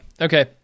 okay